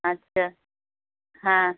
अच्छा हाँ